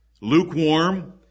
lukewarm